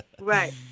Right